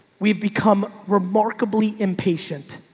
we've become remarkably impatient.